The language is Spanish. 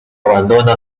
abandona